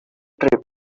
trip